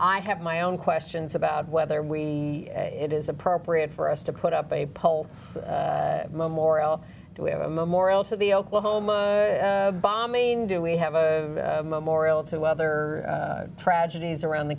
i have my own questions about whether we it is appropriate for us to put up a pole memorial d to have a memorial to the oklahoma bombing do we have a memorial to other tragedies around the